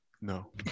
no